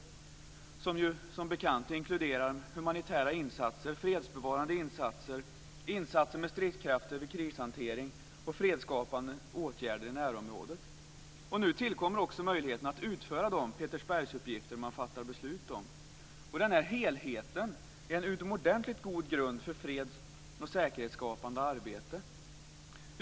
De inkluderar som bekant humanitära insatser, fredsbevarande insatser, insatser med stridskrafter vid krishantering och fredsskapande åtgärder i närområdet. Nu tillkommer också möjligheten att utföra de Petersbergsuppgifter man fattar beslut om. Denna helhet är en utomordentligt god grund för freds och säkerhetsskapande arbete.